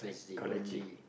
college it